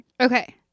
okay